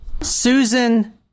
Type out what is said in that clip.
Susan